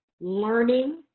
learning